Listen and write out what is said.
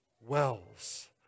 wells